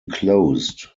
closed